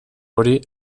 hori